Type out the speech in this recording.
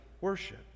worship